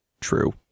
true